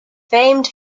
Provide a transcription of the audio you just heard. famed